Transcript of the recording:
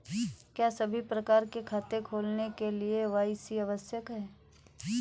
क्या सभी प्रकार के खाते खोलने के लिए के.वाई.सी आवश्यक है?